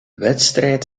wedstrijd